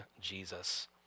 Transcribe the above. Jesus